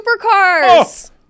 Supercars